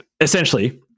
essentially